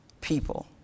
people